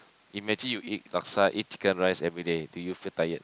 imagine you eat laksa eat chicken rice everyday did you feel tired